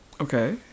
Okay